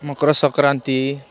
Makar Sankranti